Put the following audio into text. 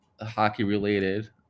hockey-related